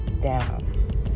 down